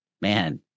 man